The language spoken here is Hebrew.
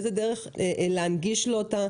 באיזו דרך להנגיש לו אותה?